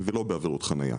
ולא בעבירות חניה.